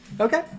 Okay